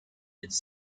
its